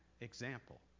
example